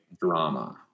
drama